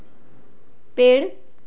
पेड़